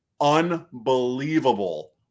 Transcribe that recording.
unbelievable